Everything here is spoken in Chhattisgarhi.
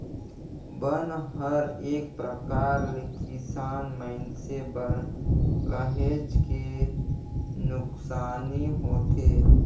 बन हर एक परकार ले किसान मइनसे बर काहेच के नुकसानी होथे